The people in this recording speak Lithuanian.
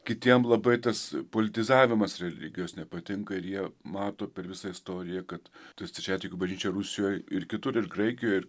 kitiem labai tas politizavimas religijos nepatinka ir jie mato per visą istoriją kad ta stačiatikių bažnyčia rusijoj ir kitur ir graikijoj ir